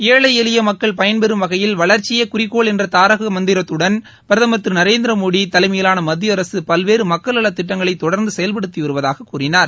ஏழை எளிய மக்கள் பயன்பெறும் வகையில் வளர்ச்சியே குறிக்கோள் என்ற தாரக என்ற மந்திரத்துடன் பிரதமர் திரு நரேந்திரமோடி தலைமையிலான மத்திய அரசு பல்வேறு மக்கள் நலத்திட்டங்களை தொடர்ந்து செயல்படுத்தி வருவதாக கூறினார்